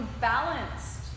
balanced